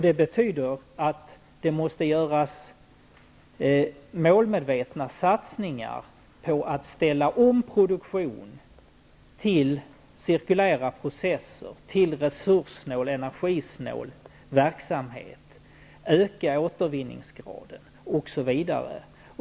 Det betyder att målmedvetna satsningar måste göras på att ställa om produktion till cirkulära processer, till resurssnål och energisnål verksamhet, öka återvinningsgraden osv.